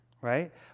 right